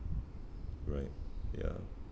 right ya